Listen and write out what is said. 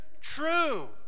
true